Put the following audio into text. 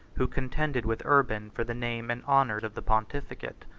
who contended with urban for the name and honors of the pontificate.